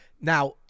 Now